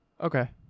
Okay